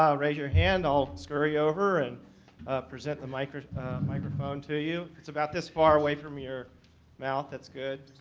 um raise your hand, i'll scurry over and present the microphone microphone to you. it's about this far away from your mouth. that's good.